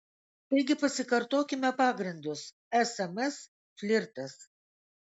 taigi pasikartokime pagrindus sms flirtas